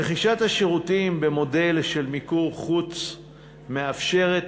רכישת שירותים במודל של מיקור חוץ מאפשרת